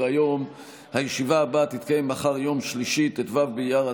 טייב בעד.